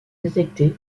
détectés